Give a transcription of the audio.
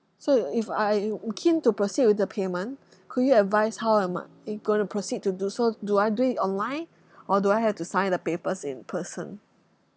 so if I would keen to proceed with the payment could you advise how am I going to proceed to do so do I do it online or do I have to sign the papers in person